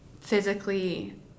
physically